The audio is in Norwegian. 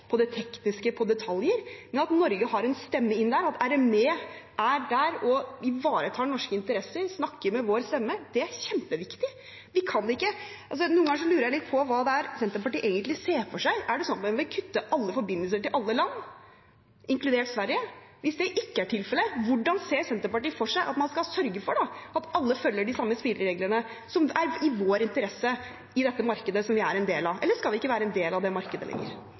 på det tekniske, på detaljer, men at Norge har en stemme inn der, at RME er der og ivaretar norske interesser og snakker med vår stemme, er kjempeviktig. Noen ganger lurer jeg på hva det er Senterpartiet egentlig ser for seg. Er det sånn at man vil kutte alle forbindelser til alle land, inkludert Sverige? Hvis det ikke er tilfellet, hvordan ser Senterpartiet for seg at man skal sørge for at alle følger de samme spillereglene, som er i vår interesse i dette markedet som vi er en del av? Eller skal vi ikke være en del av det markedet lenger?